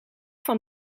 van